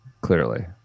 clearly